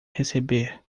receber